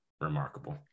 Remarkable